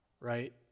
right